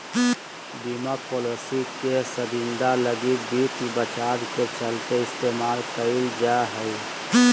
बीमा पालिसी के संविदा लगी वित्त बचाव के चलते इस्तेमाल कईल जा हइ